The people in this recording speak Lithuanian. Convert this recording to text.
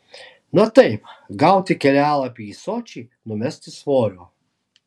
na taip gauti kelialapį į sočį numesti svorio